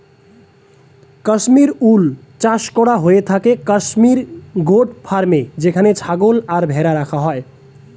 Kashmir wool চাষ হয়ে থাকে কাশ্মীর গোট ফার্মে যেখানে ছাগল আর ভেড়া রাখা হয়